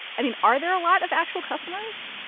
i mean, are there a lot of actual customers?